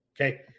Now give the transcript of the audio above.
Okay